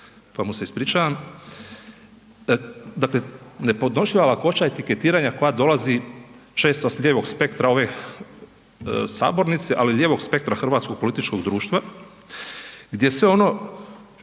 pa mu se ispričavam, dakle nepodnošljiva lakoća etiketiranja koja dolazi često s lijevog spektra ove sabornice, ali i lijevog spektra hrvatskog političkog društva, gdje sve ono